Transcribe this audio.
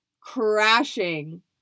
crashing